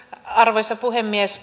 arvoisa puhemies